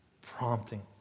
prompting